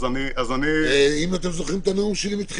ברשותך,